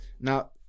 Now